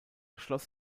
schloss